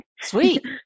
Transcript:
Sweet